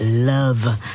love